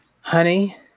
Honey